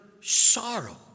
sorrow